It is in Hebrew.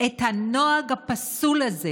את הנוהג הפסול הזה.